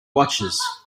watches